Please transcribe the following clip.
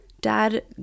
Dad